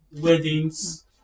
weddings